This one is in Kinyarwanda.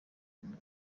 remera